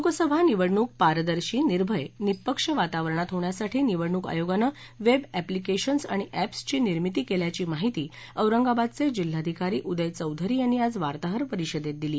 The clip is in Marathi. लोकसभा निवडणूक पारदर्शी निर्भय निःपक्ष वातावरणात होण्यासाठी निवडणूक आयोगानं वेब एप्लिकेशन्स आणि एप्सची निर्मीती केल्याची माहिती औरंगाबादचे जिल्हाधिकारी उदय चौधरी यांनी आज वार्ताहर परिषदेत दिली